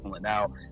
now